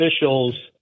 officials